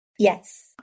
Yes